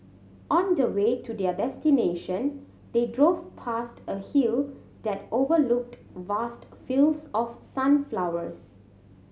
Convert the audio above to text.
on the way to their destination they drove past a hill that overlooked vast fields of sunflowers